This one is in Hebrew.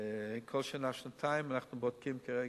כל שנה, שנתיים, אנחנו בודקים כרגע.